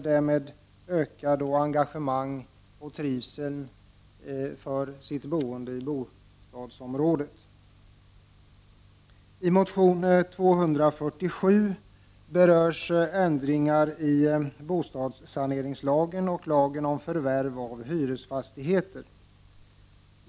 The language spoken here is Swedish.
Därmed ökar engagemang och trivsel för de boende i bostadsområdet. I motion 247 berörs ändringar i bostadssaneringslagen och lagen om förvärv av hyresfastigheter.